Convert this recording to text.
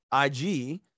IG